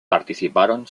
participaron